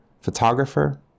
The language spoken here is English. photographer